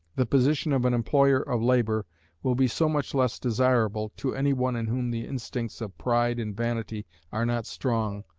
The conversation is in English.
the position of an employer of labour will be so much less desirable, to any one in whom the instincts of pride and vanity are not strong,